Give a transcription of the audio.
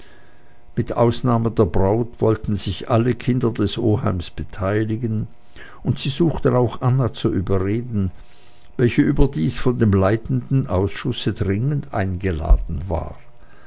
mit ausnahme der braut wollten sich alle kinder des oheims beteiligen und sie suchten auch anna zu überreden welche überdies von dem leitenden ausschusse dringend eingeladen war